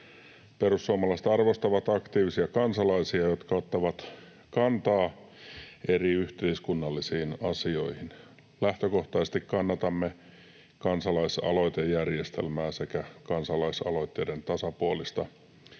Perussuomalaiset arvostavat aktiivisia kansalaisia, jotka ottavat kantaa eri yhteiskunnallisiin asioihin. Lähtökohtaisesti kannatamme kansalaisaloitejärjestelmää sekä kansalaisaloitteiden tasapuolista